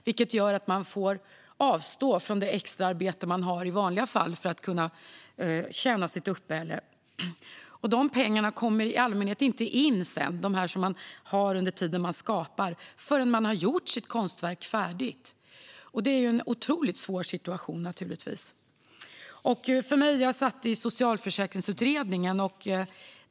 Det gör att man får avstå från det extraarbete man har i vanliga fall för att kunna tjäna sitt uppehälle. Pengarna för den tid man skapar kommer sedan i allmänhet inte in förrän man har gjort sitt konstverk färdigt. Det är naturligtvis en otroligt svår situation. Jag har suttit i Socialförsäkringsutredningen.